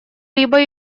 либо